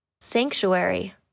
Sanctuary